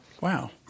Wow